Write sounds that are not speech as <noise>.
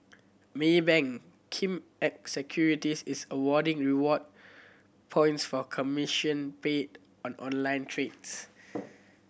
Maybank Kim Eng Securities is awarding reward points for commission paid on online trades <noise>